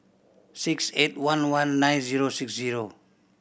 six eight one one nine zero six zero